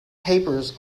papers